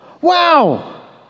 Wow